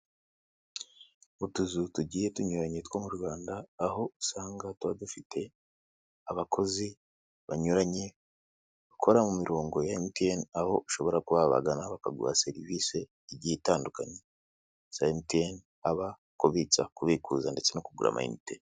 Utuzu tugiye tunyuranye two mu Rwanda, aho usanga tuba dufite abakozi banyuranye, bakora mu mirongo ya MTN, aho ushobora kuba wabagana bakaguha serivisi igiye itandukanye za MTN, haba kubitsa, kubikuza ndetse no kugura amayinite.